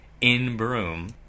in-broom